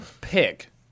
pick